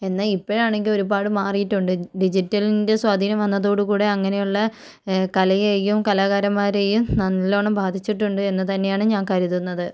എന്നാൽ ഇപ്പോഴാണെങ്കിൽ ഒരുപാട് മാറിയിട്ടുണ്ട് ഡിജിറ്റലിൻ്റെ സ്വാധീനം വന്നതോടുകൂടി അങ്ങനെയുള്ള കലയെയും കലാകാരന്മാരെയും നല്ലോണം ബാധിച്ചിട്ടുണ്ട് എന്ന് തന്നെയാണ് ഞാൻ കരുതുന്നത്